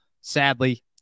sadly